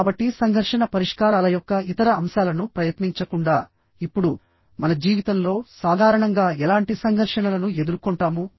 కాబట్టి సంఘర్షణ పరిష్కారాల యొక్క ఇతర అంశాలను ప్రయత్నించకుండా ఇప్పుడు మన జీవితంలో సాధారణంగా ఎలాంటి సంఘర్షణలను ఎదుర్కొంటాము